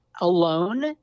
alone